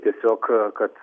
tiesiog kad